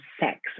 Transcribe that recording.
sex